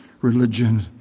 religion